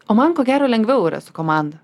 o man ko gero lengviau yra su komanda